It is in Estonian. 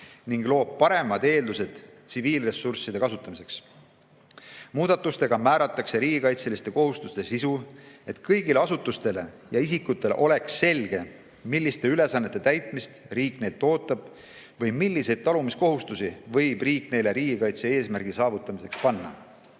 need loovad paremad eeldused tsiviilressursside kasutamiseks. Muudatustega määratakse riigikaitseliste kohustuste sisu, et kõigil asutustel ja isikutel oleks selge, milliste ülesannete täitmist riik neilt ootab või milliseid talumiskohustusi võib riik neile riigikaitse eesmärgi saavutamiseks panna.